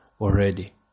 already